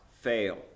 fail